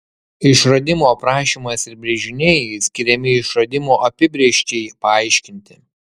išradimo aprašymas ir brėžiniai skiriami išradimo apibrėžčiai paaiškinti